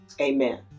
amen